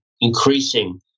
increasing